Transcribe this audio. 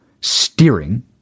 steering